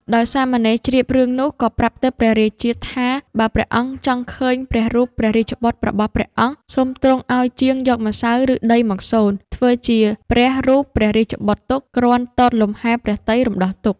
ដោយសាមណេរជ្រាបរឿងនោះ ក៏ប្រាប់ទៅព្រះរាជាថា បើព្រះអង្គចង់ឃើញព្រះរូបព្រះរាជបុត្ររបស់ព្រះអង្គ សូមទ្រង់ឲ្យជាងយកម្សៅ ឬដីមកសូន ធ្វើជាព្រះរូបព្រះរាជបុត្រទុក គ្រាន់ទតលំហែព្រះទ័យរំដោះទុក្ខ។